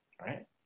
right